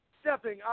stepping